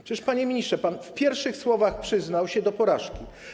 Przecież, panie ministrze, pan w pierwszych słowach przyznał się do porażki.